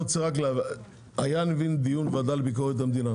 מבין שהיה דיון בוועדה לביקורת המדינה.